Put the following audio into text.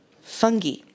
fungi